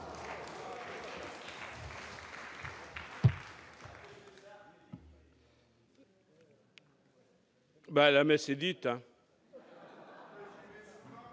La messe est dite,